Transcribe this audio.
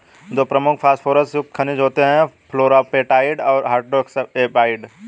दो प्रमुख फॉस्फोरस युक्त खनिज होते हैं, फ्लोरापेटाइट और हाइड्रोक्सी एपेटाइट